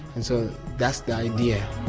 and so that's the idea.